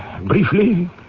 briefly